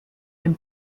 dem